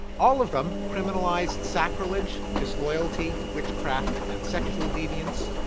all of them criminalized sacrilege, disloyalty, witchcraft and sexual deviance.